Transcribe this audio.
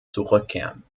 zurückkehren